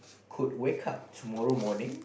could wake up tomorrow morning